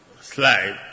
slide